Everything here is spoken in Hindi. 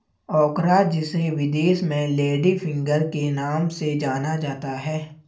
ओकरा जिसे विदेश में लेडी फिंगर के नाम से जाना जाता है